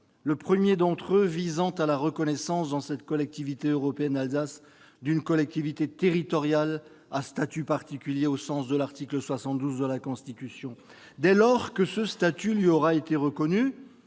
le premier d'entre eux visant à la reconnaissance dans cette Collectivité européenne d'Alsace d'une collectivité territoriale à statut particulier au sens de l'article 72 de la Constitution. Dès lors que ce statut lui aura été reconnu,